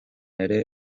ere